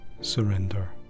surrender